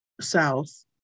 south